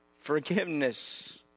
forgiveness